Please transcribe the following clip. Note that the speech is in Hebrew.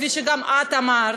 כפי שגם את אמרת.